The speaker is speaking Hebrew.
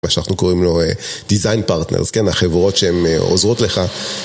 מה שאנחנו קוראים לו דיזיין פרטנרס, אז כן החברות שהן עוזרות לך